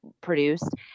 produced